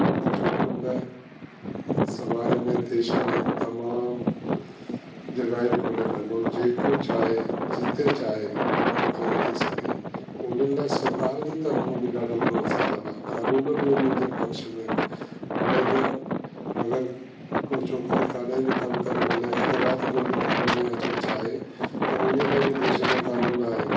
अॼु छोकरिन लाए समाज में देश में तमाम जॻहियूं खुलियल इन ओ जेको चाहे जिते चाहे कमु करे ती सघे उननि लाए सरकार जी तरफऊं बि ॾाढो प्रोत्साहन आ कानून बि उननि जे पक्ष में इन हाणे त अगरि कोइ छोकरी काॾे बि कमु करे भले अधु रात जो बि घर में अचण चाहे त उन्हीअ लाए बि देश में कानून आहिनि